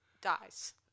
dies